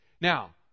Now